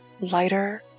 lighter